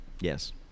Yes